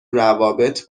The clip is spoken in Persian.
روابط